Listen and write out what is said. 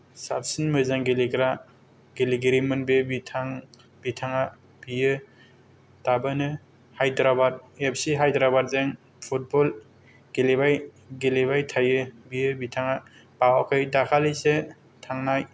साबसिन मोजां गेलेग्रा गेलेगिरिमोन बे बिथां बिथांआ बियो दाबोनो हायद्राबाद एफ सि हायद्राबादजों फुटबल गेलेबाय गेलेबाय थायो बियो बिथाङा बावाखै दाखालिसो थांनाय